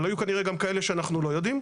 אבל היו כנראה גם כאלה שאנחנו לא יודעים.